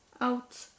out